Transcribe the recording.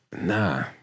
Nah